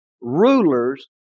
Rulers